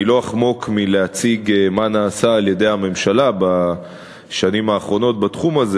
אני לא אחמוק מלהציג מה נעשה על-ידי הממשלה בשנים האחרונות בתחום הזה,